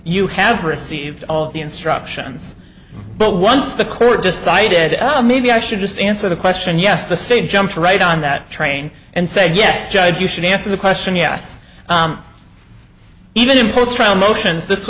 you have received all the instructions but once the court decided maybe i should just answer the question yes the state jumped right on that train and said yes judge you should answer the question yes even post trial motions this